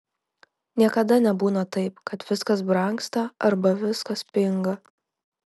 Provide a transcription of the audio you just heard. niekada nebūna taip kad viskas brangsta arba viskas pinga